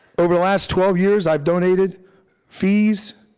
over the last twelve years, i've donated fees,